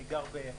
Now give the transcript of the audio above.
אני גר ביו"ש.